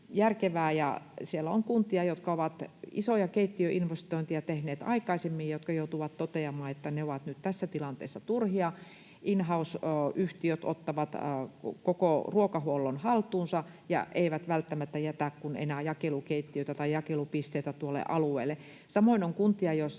järkevää. Siellä on kuntia, jotka ovat isoja keittiöinvestointeja tehneet aikaisemmin ja jotka joutuvat toteamaan, että ne ovat nyt tässä tilanteessa turhia — in-house-yhtiöt ottavat koko ruokahuollon haltuunsa ja eivät välttämättä jätä enää kuin jakelukeittiöitä tai jakelupisteitä tuolle alueelle. Samoin on kuntia, joissa